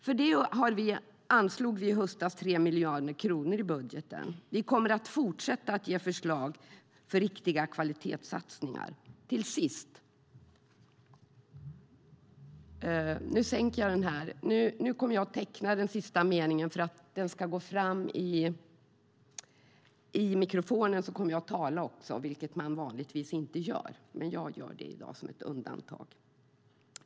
För detta anslog vi i höstas 3 miljarder kronor i budgeten. Vi kommer att fortsätta att ge förslag för riktiga kvalitetssatsningar. Jag kommer att teckna den sista meningen, och för att den ska gå fram i mikrofonen kommer jag att tala också, vilket man vanligtvis inte gör, men jag gör det i dag som ett undantag.